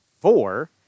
four